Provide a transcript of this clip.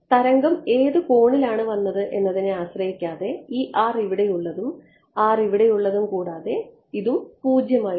തരംഗം ഏത് കോണിലാണ് വന്നത് എന്നതിനെ ആശ്രയിക്കാതെ ഈ ഇവിടെയുള്ളതും ഇവിടെയുള്ളതും കൂടാതെ ഇതും 0 ആയിരുന്നു